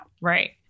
Right